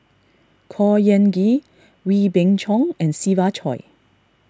Khor Ean Ghee Wee Beng Chong and Siva Choy